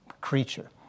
creature